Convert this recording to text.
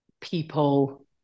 people